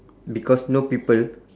because no people